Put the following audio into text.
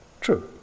True